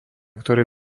ktoré